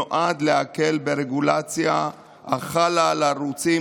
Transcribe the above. נועד להקל ברגולציה החלה על הערוצים